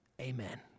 Amen